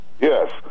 Yes